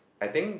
I think